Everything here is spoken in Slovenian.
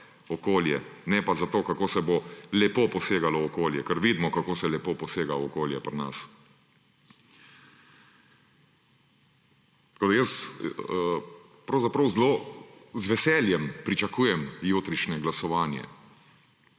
ne pa za to, kako se bo lepo posegalo v okolje. Ker vidimo, kako se lepo posega v okolje pri nas. Pravzaprav zelo z veseljem pričakujem jutrišnje glasovanje.